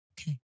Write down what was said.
Okay